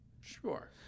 Sure